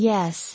Yes